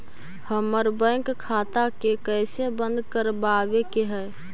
हमर बैंक खाता के कैसे बंद करबाबे के है?